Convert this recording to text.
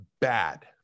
bad